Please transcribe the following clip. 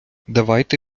давайте